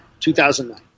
2009